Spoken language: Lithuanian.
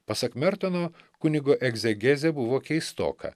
pasak mertono kunigo egzegezė buvo keistoka